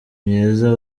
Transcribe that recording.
myiza